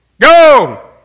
Go